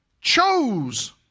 chose